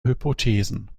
hypothesen